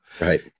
Right